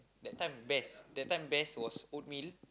that time best that time best was oatmeal